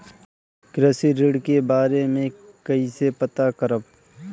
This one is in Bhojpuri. कृषि ऋण के बारे मे कइसे पता करब?